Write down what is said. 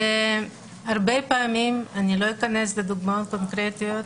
אני לא אכנס לדוגמאות קונקרטיות,